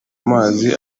amazi